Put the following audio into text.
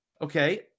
Okay